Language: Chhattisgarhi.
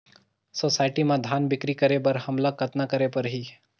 सोसायटी म धान बिक्री करे बर हमला कतना करे परही?